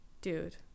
Dude